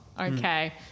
okay